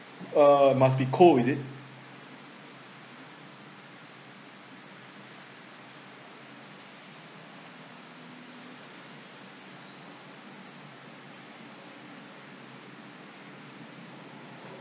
uh must be cold is it